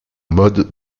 mode